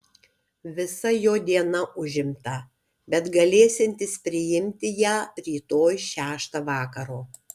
visa jo diena užimta bet galėsiantis priimti ją rytoj šeštą vakaro